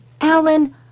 Alan